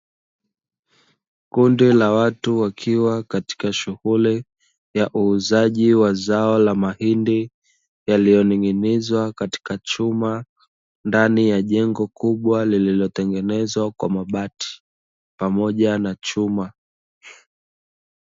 Kundi la watu wakiwa katika shughuli, ya uuzaji wa zao la mahindi, yaliyoning'inizwa katika chuma ndani ya jengo kubwa, lililotengenezwa kwa mabati pamoja na chuma.